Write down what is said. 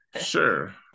sure